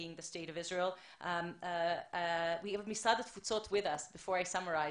אנחנו מייצרים סרטונים קצרים שיילחמו נגד השקרים האלה